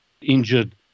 injured